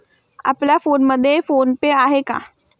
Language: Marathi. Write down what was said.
आपल्या फोनमध्ये फोन पे आहे का?